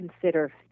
consider